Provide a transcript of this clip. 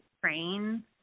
train